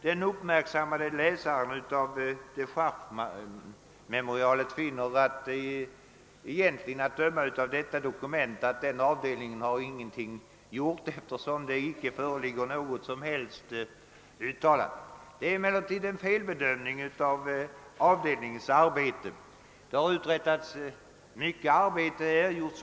Den uppmärksamme läsaren av dechargememorialet finner nog av detta dokument att tredje avdelningen ingenting uträttat, eftersom det inte föreligger något som helst uttalande. Detta är emellertid en felbedömning av avdelningens arbete. Mycket har uträttats, och många undersökningar har gjorts.